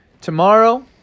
tomorrow